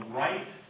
right